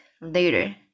later